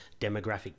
demographic